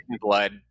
blood